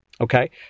Okay